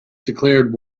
declared